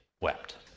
wept